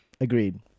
agreed